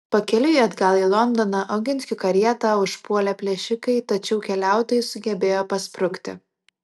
pakeliui atgal į londoną oginskių karietą užpuolė plėšikai tačiau keliautojai sugebėjo pasprukti